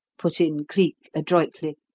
put in cleek adroitly,